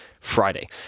Friday